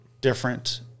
different